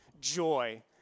joy